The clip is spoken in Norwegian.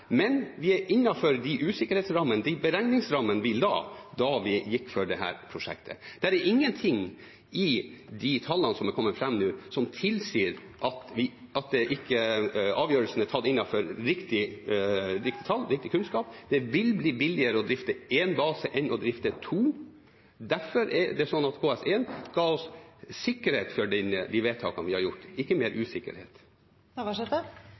men vi er innenfor de usikkerhetsrammene, de beregningsrammene, vi la da vi gikk inn for dette prosjektet. Det er ingenting i de tallene som nå er kommet fram, som tilsier at ikke avgjørelsen er tatt på bakgrunn av riktige tall, riktig kunnskap. Det vil bli billigere å drifte én base enn å drifte to, derfor ga KS1 oss sikkerhet for de vedtakene vi har gjort, ikke mer